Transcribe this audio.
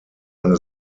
eine